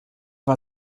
war